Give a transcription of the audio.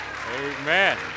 Amen